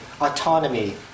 autonomy